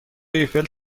ایفل